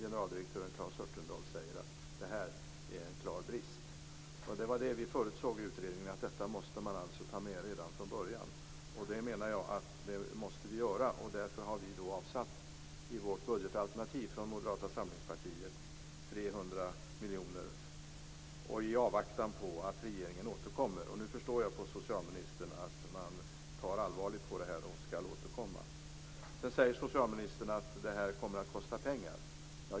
Generaldirektör Claes Örtendahl säger att det här är en klar brist. Vi förutsåg i utredningen att detta måste tas med redan från början. Jag menar att vi måste göra det, och vi moderater har därför i vårt budgetalternativ avsatt 300 miljoner, i avvaktan på att regeringen återkommer. Jag förstår av det socialministern säger att regeringen tar allvarligt på det här och skall återkomma. Socialministern säger att det här kommer att kosta pengar.